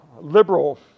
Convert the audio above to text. Liberal